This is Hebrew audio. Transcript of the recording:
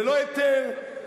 ללא היתר,